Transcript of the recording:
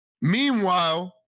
Meanwhile